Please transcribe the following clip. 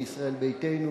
מישראל ביתנו,